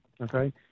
Okay